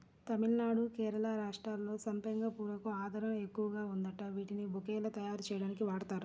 తమిళనాడు, కేరళ రాష్ట్రాల్లో సంపెంగ పూలకు ఆదరణ ఎక్కువగా ఉందంట, వీటిని బొకేలు తయ్యారుజెయ్యడానికి వాడతారు